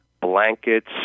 blankets